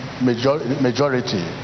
majority